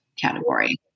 category